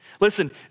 Listen